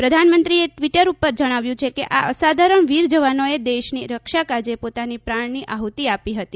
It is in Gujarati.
પ્રધાનમંત્રીએ ટ્વીટર ઉપર જણાવ્યું છે કે આ અસાધારણ વીર જવાનોએ દેશની રક્ષાકાજે પોતાના પ્રાણની આહુતી આપી હતી